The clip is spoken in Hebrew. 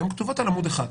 הן כתובות על עמוד אחד,